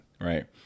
right